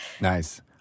Nice